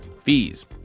fees